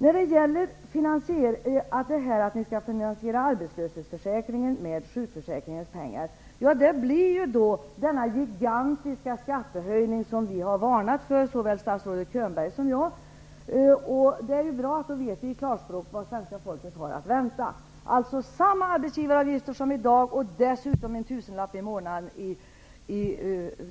När det gäller detta med att ni skall finansiera arbetslöshetsförsäkringen med sjukförsäkringens pengar vill jag framhålla att vi då får den gigantiska skattehöjning som såväl statsrådet Könberg som jag har varnat för. Men det är bra att vi på klarspråk får veta vad svenska folket har att vänta, dvs. samma arbetsgivaravgifter som i dag och dessutom en tusenlapp i månaden i